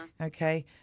Okay